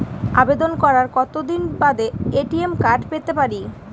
আবেদন করার কতদিন বাদে এ.টি.এম কার্ড পেতে পারি?